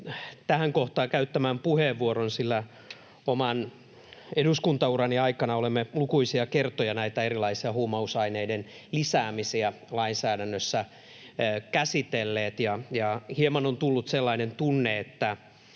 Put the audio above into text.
tähän kohtaan käyttämään puheenvuoron, sillä oman eduskuntaurani aikana olemme lukuisia kertoja näitä erilaisia huumausaineiden lisäämisiä lainsäädännössä käsitelleet, ja hieman on tullut sellainen tunne, että